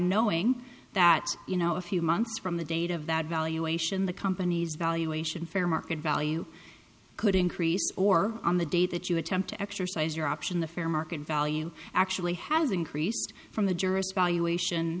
knowing that you know a few months from the date of that valuation the company's valuation fair market value could increase or on the day that you attempt to exercise your option the fair market value actually has increased from the jurors valu